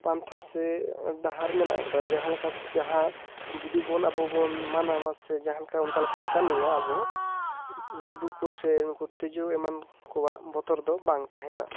ᱯᱟᱱᱛᱷᱟ ᱥᱮ ᱰᱟᱦᱟᱨ ᱢᱮᱱᱟᱜ ᱟᱠᱟᱫᱟ ᱡᱟᱦᱟᱸ ᱞᱮᱠᱟ ᱡᱟᱦᱟᱸ ᱡᱩᱫᱩ ᱵᱚᱱ ᱟᱵᱚ ᱵᱚᱱ ᱢᱟᱱᱟᱣᱟ ᱥᱮ ᱡᱟᱦᱟᱸ ᱞᱮᱠᱟ ᱚᱱᱠᱟ ᱞᱮᱠᱟ ᱵᱚᱱ ᱠᱟᱹᱢᱤᱭᱟ ᱟᱵᱚ ᱜᱩᱰᱩ ᱠᱚᱥᱮ ᱩᱱᱠᱩ ᱛᱤᱡᱩ ᱮᱢᱟᱱ ᱠᱚᱣᱟᱜ ᱵᱚᱛᱚᱨ ᱫᱚ ᱵᱟᱝ ᱛᱟᱦᱮᱱᱟ